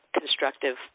constructive